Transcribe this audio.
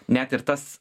net ir tas